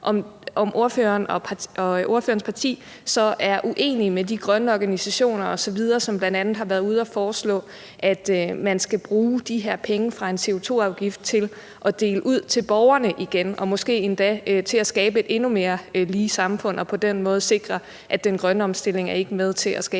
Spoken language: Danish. og ordførerens parti er uenige med de grønne organisationer osv., som bl.a. har været ude at foreslå, at man skal bruge de her penge fra en CO2-afgift til at dele ud til borgerne igen og måske endda til at skabe et endnu mere lige samfund og på den måde sikre, at den grønne omstilling ikke er med til at skabe